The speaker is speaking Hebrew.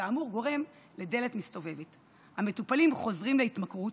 וכאמור גורם לדלת מסתובבת: המטופלים חוזרים להתמכרות,